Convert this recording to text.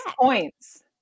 points